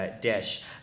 dish